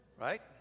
right